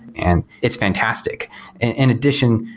and it's fantastic in addition,